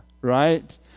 right